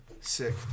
Sick